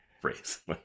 phrase